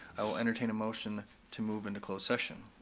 i will entertain a motion to move into closed session.